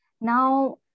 Now